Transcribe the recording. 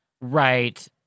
right